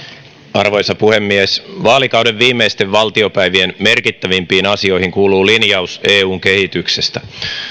arvoisa puhemies vaalikauden viimeisten valtiopäivien merkittävimpiin asioihin kuuluu linjaus eun kehityksestä